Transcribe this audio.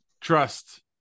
trust